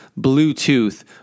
Bluetooth